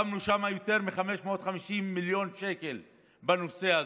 שמנו שם יותר מ-550 מיליון שקל, בנושא הזה.